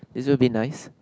this will be nice